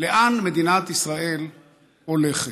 לאן מדינת ישראל הולכת.